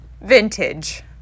vintage